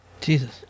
Jesus